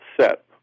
set